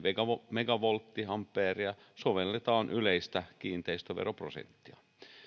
megavolttiampeeria sovelletaan yleistä kiinteistöveroprosenttia